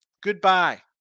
Goodbye